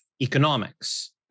economics